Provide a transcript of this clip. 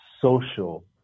social